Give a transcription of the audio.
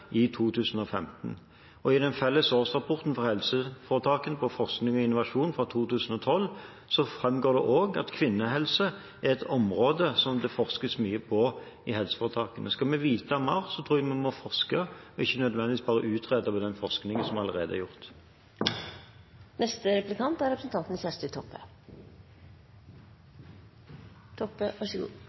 i 2015. I den felles årsrapporten fra helseforetakene om forskning og innovasjon fra 2012 framgår det også at kvinnehelse er et område som det forskes mye på i helseforetakene. Skal vi vite mer, må vi forske og ikke nødvendigvis bare utrede, basert på den forskningen som allerede er gjort. Det er masse ein kunne ha spurt om, men eg vil gripa fatt i det som representanten